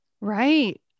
Right